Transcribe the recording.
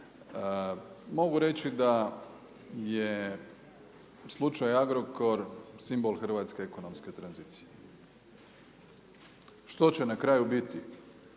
Mogu reći da je slučaj Agrokor simbol hrvatske ekonomske tranzicije. Što će na kraju biti